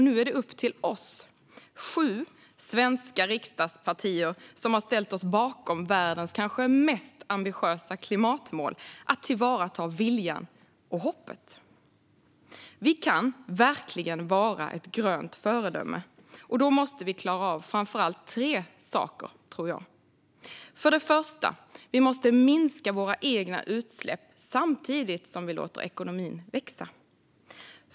Nu är det upp till oss - sju svenska riksdagspartier, som har ställt sig bakom världens kanske mest ambitiösa klimatmål - att tillvarata viljan och hoppet. Vi kan verkligen vara ett grönt föredöme. Men då måste vi klara av framför allt tre saker: För det första måste vi minska de egna utsläppen samtidigt som vi låter ekonomin växa.